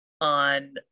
on